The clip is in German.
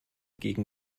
gegen